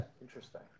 interesting